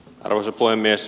arvoisa puhemies